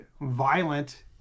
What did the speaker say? violent